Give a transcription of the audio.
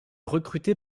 recrutée